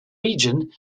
region